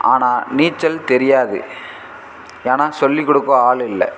ஆனால் நீச்சல் தெரியாது ஏன்னால் சொல்லிக் கொடுக்கோ ஆள் இல்லை